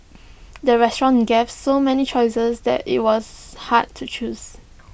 the restaurant gave so many choices that IT was hard to choose